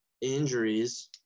injuries